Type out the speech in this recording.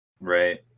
Right